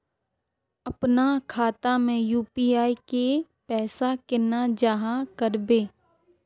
अपना खाता में यू.पी.आई के पैसा केना जाहा करबे?